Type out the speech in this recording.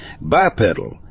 Bipedal